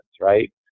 right